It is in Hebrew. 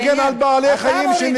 להגן על בעלי-חיים, אתה מוריד מעצמך.